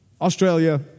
Australia